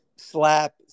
slap